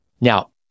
Now